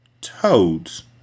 Toads